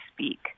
speak